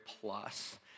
plus